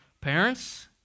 parents